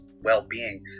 well-being